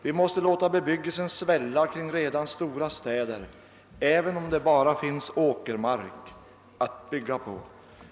Vi måste låta bebyggelsen svälla kring redan stora städer, även om det bara finns åkermark att bygga på.